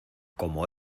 como